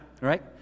right